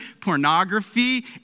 pornography